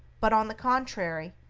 but on the contrary,